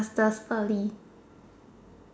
masters early